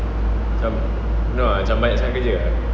macam no ah macam banyak sangat kerja ah